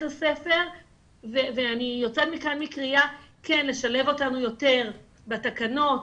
הספר ואני יוצאת מכאן בקריאה לשלב אותנו יותר בתקנות,